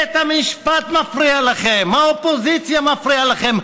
בית המשפט מפריע לכם, האופוזיציה מפריעה לכם,